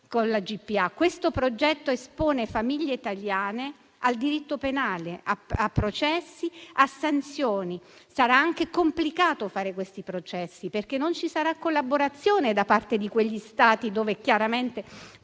Questo provvedimento espone famiglie italiane al diritto penale, a processi e a sanzioni. Sarà anche complicato fare questi processi, perché non ci sarà collaborazione da parte di quegli Stati dove, chiaramente,